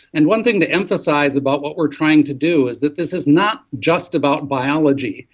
and one thing to emphasise about what we're trying to do is that this is not just about biology.